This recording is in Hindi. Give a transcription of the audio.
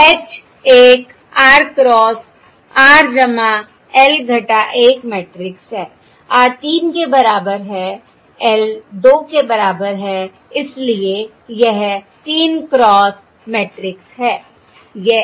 H एक r cross r L 1 matrix है r 3 के बराबर है L 2 के बराबर है इसलिए यह 3 क्रॉस मैट्रिक्स है